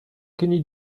kenny